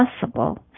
possible